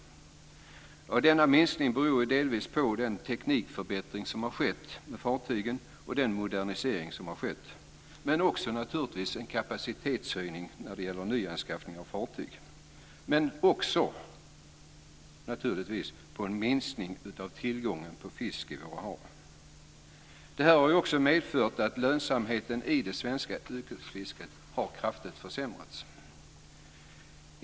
Denna minskning beror delvis på den teknikförbättring som har skett vad gäller fartygen och den modernisering som har skett, men också naturligtvis på en kapacitetshöjning när det gäller nyanskaffning av fartyg och på en minskning av tillgången till fisk i våra hav. Detta har också medfört att lönsamheten i det svenska yrkesfisket kraftigt har försämrats.